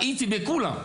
הייתי בכולם.